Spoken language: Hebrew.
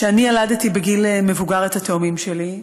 שאני ילדתי בגיל מבוגר את התאומים שלי,